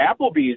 Applebee's